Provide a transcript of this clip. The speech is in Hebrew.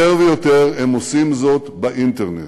יותר ויותר הם עושים זאת באינטרנט.